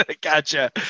Gotcha